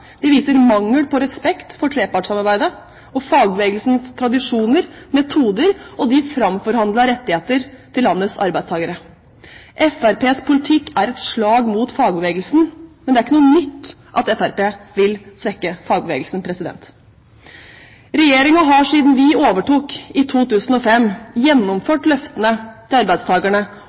viser mangel på respekt for trepartssamarbeidet og fagbevegelsens tradisjoner, metoder og de framforhandlede rettigheter til landets arbeidstakere. Fremskrittspartiets politikk er et slag mot fagbevegelsen. Men det er ikke noe nytt at Fremskrittspartiet vil svekke fagbevegelsen. Regjeringen har siden den overtok i 2005, innfridd sine løfter til